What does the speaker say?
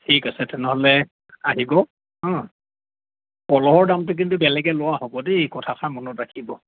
ঠিক আছে তেনেহ'লে আহিব কলহৰ দামটো কিন্তু বেলেগে লোৱা হ'ব দেই কথাষাৰ মনত ৰাখিব